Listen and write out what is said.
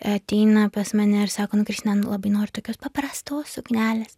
ateina pas mane ir sako nu kristina labai noriu tokios paprastos suknelės